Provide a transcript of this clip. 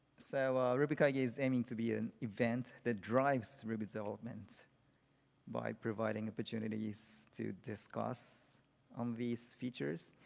so um rubykaigi is aiming to be an event that drives ruby development by providing opportunities to discuss on these features,